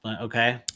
okay